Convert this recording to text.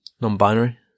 non-binary